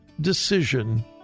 decision